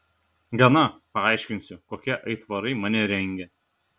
gana paaiškinsiu kokie aitvarai mane rengia